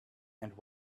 and